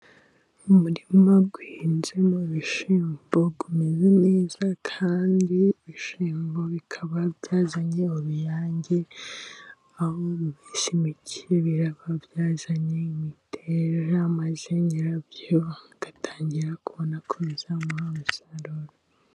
Umurima uhinzemo ibishyimbo umeze neza, kandi ibishyimbo bikaba byazanye uruyange, aho mu minsi mike, biraba byazanye imiteja, maze nyirabyo agatangira, kubonako bizamuha umusaruro.